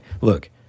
Look